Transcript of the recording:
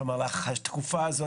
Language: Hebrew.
התקופה הזאת,